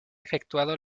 efectuado